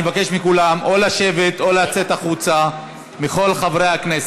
אני מבקש מכולם, מכל חברי הכנסת,